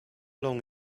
long